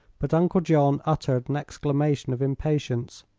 but uncle john uttered an exclamation of impatience.